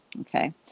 okay